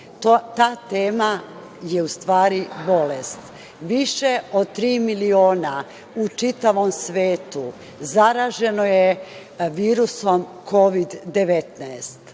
Ta tema je u stvari bolest. Više od tri miliona u čitavom svetu zaraženo je virusom Kovid-19.